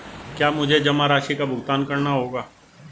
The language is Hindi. क्या मुझे जमा राशि का भुगतान करना होगा?